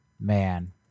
man